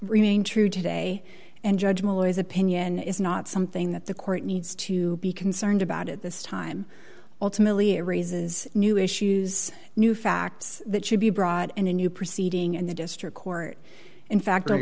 remain true today and judge malloy is opinion is not something that the court needs to be concerned about at this time ultimately it raises new issues new facts that should be brought in a new proceeding and the district court in fact